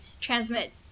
transmit